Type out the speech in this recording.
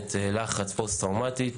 תסמונת לחץ פוסט טראומטית